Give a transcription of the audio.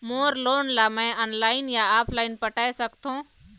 मोर loan ला मैं online या ऑफलाइन पटाए सकथों?